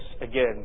again